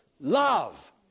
love